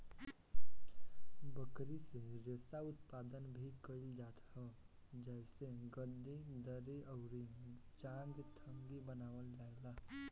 बकरी से रेशा उत्पादन भी कइल जात ह जेसे गद्दी, दरी अउरी चांगथंगी बनावल जाएला